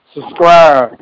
subscribe